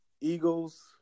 Eagles